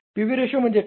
PV ratio म्हणजे काय